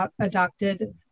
adopted